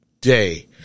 day